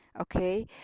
okay